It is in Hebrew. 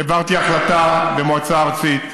העברתי החלטה במועצה ארצית.